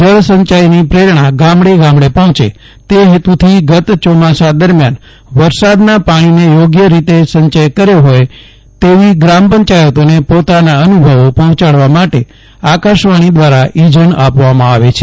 જળસંચયની પ્રેરણા ગામડે ગામડે પહોંચે તે હેતુથી ગત ચોમાસા દરમિયાન વરસાદના પાણીને યોગ્ય રીતે સંચય કર્યો હતો તેવી ગ્રામ પંચાયતોને પોતાના અનુભવો પહોંચાડવા માટે આકાશવાણી દ્વારા ઇજન આપવામાં આવે છે